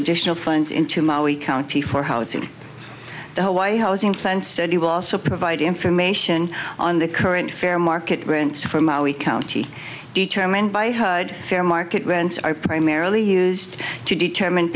to tional phoned in to maui county for housing the hawaii housing plan study will also provide information on the current fair market rents for maui county determined by herd fair market rents are primarily used to determine